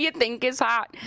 yeah think is hot?